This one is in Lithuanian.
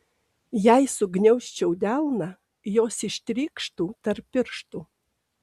jei sugniaužčiau delną jos ištrykštų tarp pirštų